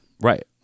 right